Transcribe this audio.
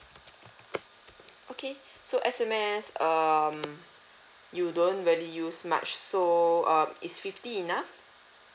okay so S_M_S um you don't really use much so um is fifty enough